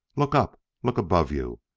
look up! look above you!